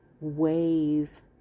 wave